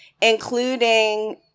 including